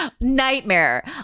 Nightmare